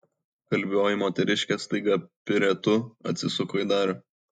kalbioji moteriškė staiga piruetu atsisuko į darių